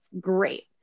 Great